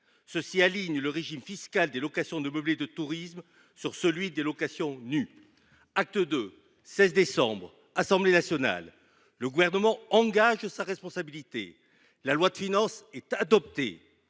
ainsi le régime fiscal des locations de meublés de tourisme sur celui des locations nues. Acte II, 16 décembre, Assemblée nationale. Le Gouvernement engage sa responsabilité. La loi de finances est adoptée.